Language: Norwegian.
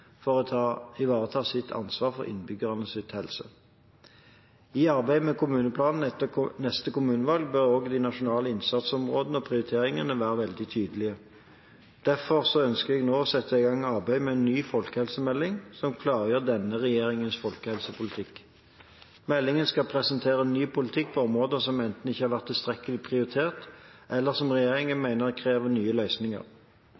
for å ivareta sitt ansvar for innbyggernes helse. I arbeidet med kommuneplanene etter neste kommunevalg bør også de nasjonale innsatsområdene og prioriteringene være veldig tydelige. Derfor ønsker jeg nå å sette i gang arbeidet med en ny folkehelsemelding som klargjør denne regjeringens folkehelsepolitikk. Meldingen skal presentere ny politikk på områder som enten ikke har vært tilstrekkelig prioritert, eller som regjeringen